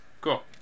Cool